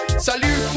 Salut